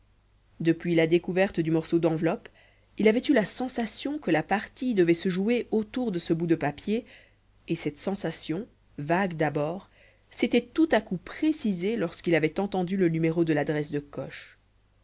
depuis la découverte du morceau d'enveloppe il avait eu la sensation que la partie devait se jouer autour de ce bout de papier et cette sensation vague d'abord s'était tout à coup précisée lorsqu'il avait entendu le numéro de l'adresse de coche